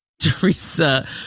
Teresa